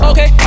Okay